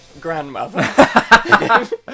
grandmother